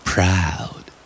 Proud